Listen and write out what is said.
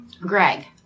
Greg